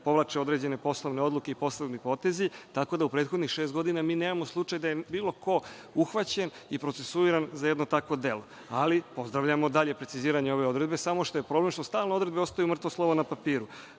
povlače određene poslovne odluke i poslovni potezi, tako da u prethodnih šest godina mi nemamo slučaj da je bilo ko uhvaćen i procesuiran za jedno takvo delo. Ali, pozdravljamo dalje preciziranje ove odredbe, samo što je problem što stalno odredbe ostaju mrtvo slovo na